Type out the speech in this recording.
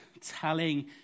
telling